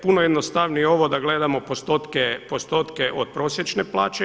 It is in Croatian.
Puno je jednostavnije ovo da gledamo postotke od prosječne plaće.